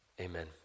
amen